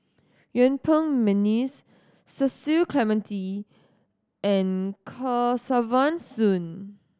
Yuen Peng McNeice Cecil Clementi and Kesavan Soon